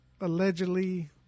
allegedly